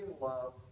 love